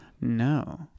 No